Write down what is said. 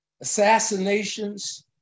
assassinations